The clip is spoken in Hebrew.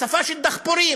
שפה של דחפורים,